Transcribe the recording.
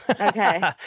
Okay